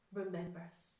remembers